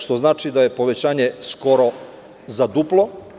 Što znači da je povećanje skoro za duplo.